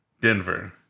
Denver